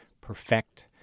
perfect